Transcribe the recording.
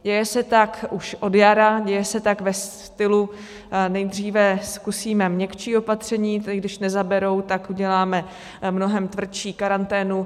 Děje se tak už od jara, děje se tak ve stylu: nejdříve zkusíme měkčí opatření, když nezaberou, tak uděláme mnohem tvrdší karanténu.